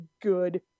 good